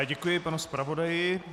Děkuji panu zpravodaji.